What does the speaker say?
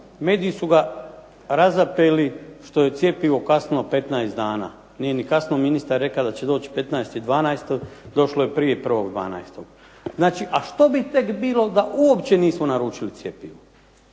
Mediji su ga razapeli što je cjepivo kasnilo 15 dana. Nije ni kasnio, ministar je rekao da će doći 15.12., došlo je prije 01.12. Znači, a što bi tek bilo da uopće nismo naručili cjepivo?